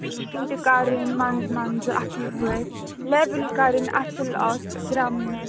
machine تہِ کَرٕنۍ منٛزٕ منٛزٕ اصٕل پٲٹھۍ لیوَل کَرٕنۍ اصٕل اَتھ درٛمنِس